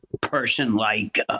person-like